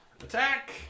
Attack